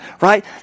right